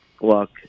look